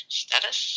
status